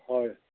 হয়